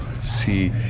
see